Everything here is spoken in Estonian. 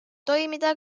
toimida